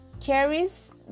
carries